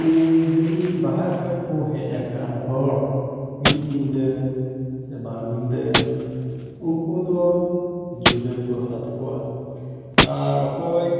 ᱡᱚᱫᱤ ᱵᱟᱦᱟᱨ ᱠᱷᱚᱱ ᱠᱩ ᱦᱮᱡ ᱟᱠᱟᱱ ᱦᱚᱲ ᱢᱤᱫᱱᱤᱫᱟᱹ ᱥᱮ ᱵᱟᱨ ᱱᱤᱫᱟᱹ ᱩᱱᱠᱚᱫᱚ ᱡᱩᱫᱟᱹ ᱜᱮᱠᱚ ᱦᱟᱛᱟᱣ ᱛᱟᱠᱩᱣᱟ ᱟᱨ ᱚᱠᱚᱭ